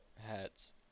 hats